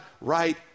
right